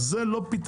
מה שהצגת לא פתרון,